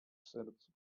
sercu